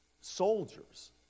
soldiers